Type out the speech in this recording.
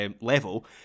level